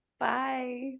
Bye